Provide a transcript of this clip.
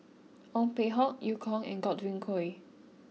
Ong Peng Hock Eu Kong and Godwin Koay